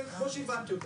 כן, כמו שהבנתי אותה.